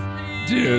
Dude